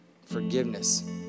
Forgiveness